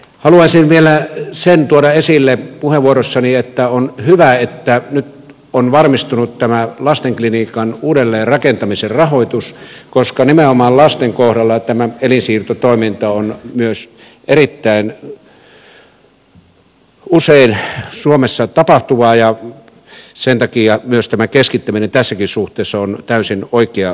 haluaisin vielä sen tuoda esille puheenvuorossani että on hyvä että nyt on varmistunut lastenklinikan uudelleenrakentamisen rahoitus koska nimenomaan lasten kohdalla elinsiirtotoiminta on myös erittäin usein suomessa tapahtuvaa ja sen takia myös keskittäminen tässäkin suhteessa on täysin oikea toimenpide